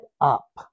up